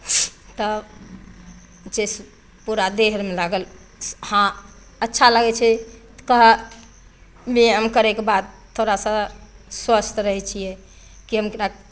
तऽ ओ छै से पूरा देह आरमे लागल हँ अच्छा लगै छै तऽ ब्यायाम करैके बाद थोड़ा सा स्वस्थ रहै छियै की हम एकरा